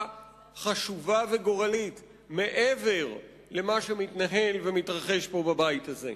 חשובה וגורלית מעבר למה שמתנהל ומתרחש פה בבית הזה.